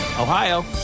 Ohio